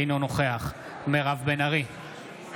אינו נוכח מירב בן ארי,